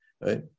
right